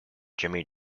jimmy